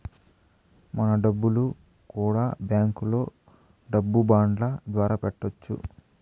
మన డబ్బులు కూడా బ్యాంకులో డబ్బు బాండ్ల ద్వారా పెట్టొచ్చు